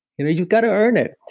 you know you've got to earn it.